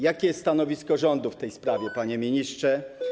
Jakie jest stanowisko rządu w tej sprawie, panie ministrze?